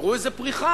תראו איזה פריחה,